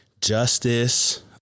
justice